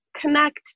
connect